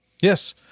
Yes